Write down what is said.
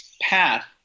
path